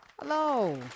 Hello